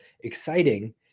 exciting